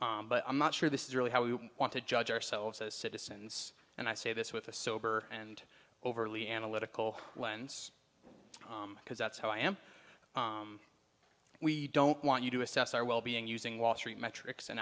top but i'm not sure this is really how we want to judge ourselves as citizens and i say this with a sober and overly analytical lens because that's how i am we don't want you to assess our well being using wall street metrics